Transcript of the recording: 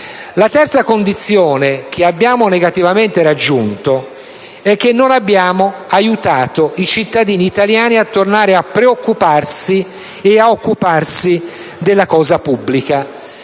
La terza condizione che abbiamo negativamente raggiunto è che non abbiamo aiutato i cittadini italiani a tornare a preoccuparsi e a occuparsi della cosa pubblica.